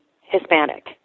Hispanic